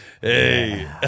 hey